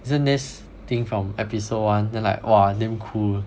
isn't this thing from episode one then like !wah! damn cool